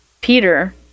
peter